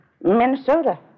Minnesota